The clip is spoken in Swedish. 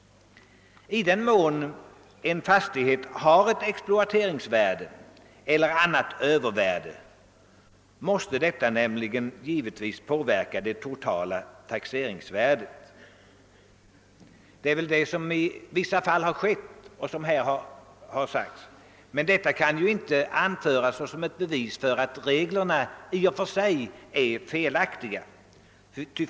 I den mån en fastighet har ett exploateringsvärde eller annat övervärde måste detta givetvis påverka det totala taxeringsvärdet. Detta har väl också skett — det har påpekats här — men det kan inte anföras såsom ett bevis för att reglerna i och för sig är felaktiga.